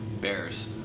Bears